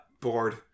bored